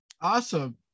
Awesome